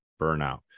burnout